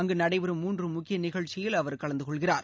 அங்கு நடைபெறும் மூன்று முக்கிய நிகழ்ச்சியில் அவர் கலந்து கொள்கிறார்